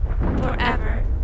Forever